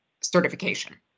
certification